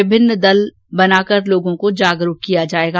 विभिन्न दल बनाकर लोगों को जागरूक किया जाएगा